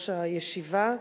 יושבת-ראש הישיבה,